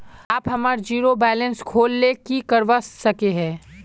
आप हमार zero balance खोल ले की करवा सके है?